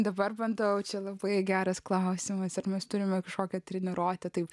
dabar vanduo o čia labai geras klausimas ar mes turime kažkokią treniruotę taip